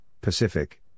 Pacific